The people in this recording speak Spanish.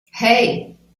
hey